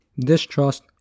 distrust